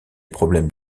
problèmes